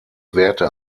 werte